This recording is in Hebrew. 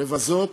לבזות